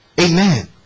Amen